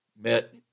met